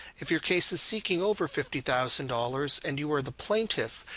if your case is seeking over fifty thousand dollars and you are the plaintiff,